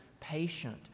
patient